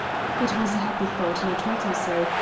it was a happy thought, and i told him so,